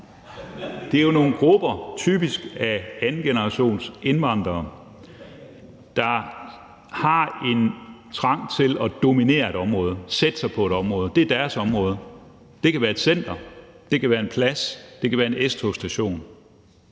Hegaard ikke – typisk af andengenerationsindvandrere, der har en trang til at dominere et område, sætte sig på et område. Det er deres område – det kan være et center, det kan være en plads, det kan være en S-togsstation